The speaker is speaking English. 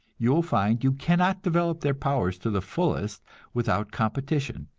you will find you cannot develop their powers to the fullest without competition